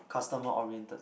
customer oriented